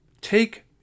take